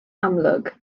amlwg